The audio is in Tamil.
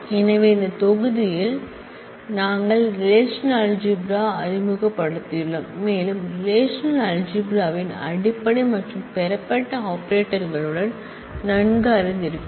எனவே இந்த விரிவுரையில் நாங்கள் ரெலேஷனல்அல்ஜிப்ரா அறிமுகப்படுத்தியுள்ளோம் மேலும் ரெலேஷனல்அல்ஜிப்ரா ன் அடிப்படை மற்றும் பெறப்பட்ட ஆபரேட்டர்களுடன் நன்கு அறிந்திருக்கிறோம்